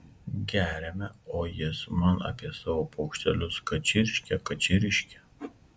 geriame o jis man apie savo paukštelius kad čirškia kad čirškia